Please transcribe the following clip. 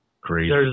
crazy